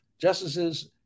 Justices